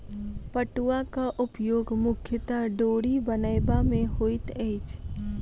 पटुआक उपयोग मुख्यतः डोरी बनयबा मे होइत अछि